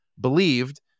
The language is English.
believed